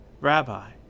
Rabbi